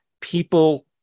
people